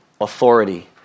authority